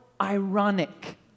ironic